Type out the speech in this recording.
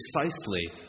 precisely